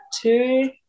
two